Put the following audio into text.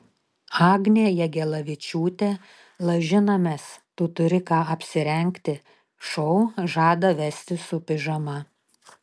agnė jagelavičiūtė lažinamės tu turi ką apsirengti šou žada vesti su pižama